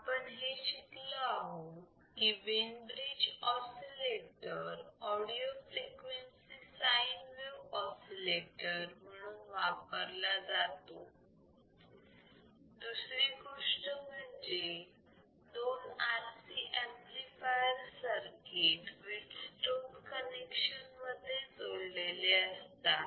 आपण हे शिकलो आहोत की Wien bridge oscillator audio frequency sine wave oscillator म्हणून वापरला जातो दुसरी गोष्ट म्हणजे दोन RC amplifier circuit Wheatstone connection मध्ये जोडलेले असतात